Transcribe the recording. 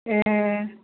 ए